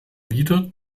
wieder